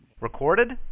Recorded